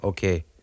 Okay